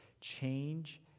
change